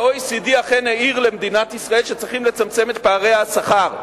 ה-OECD אכן העיר למדינת ישראל שצריכים לצמצם את פערי השכר במשק,